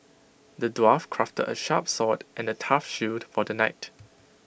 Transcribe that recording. the dwarf crafted A sharp sword and A tough shield for the knight